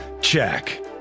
Check